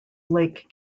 lake